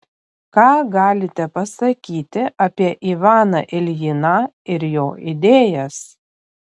ką galite pasakyti apie ivaną iljiną ir jo idėjas